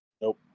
Nope